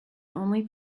only